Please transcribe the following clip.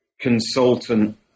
consultant